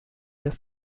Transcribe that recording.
their